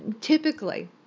typically